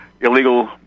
illegal